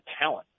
talent